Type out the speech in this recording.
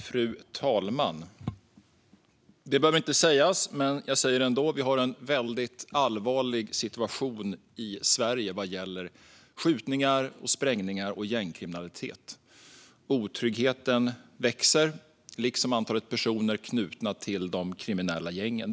Fru talman! Det behöver inte sägas, men jag säger det ändå: Vi har en väldigt allvarlig situation i Sverige vad gäller skjutningar, sprängningar och gängkriminalitet. Otryggheten växer, liksom antalet personer knutna till de kriminella gängen.